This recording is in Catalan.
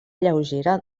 lleugera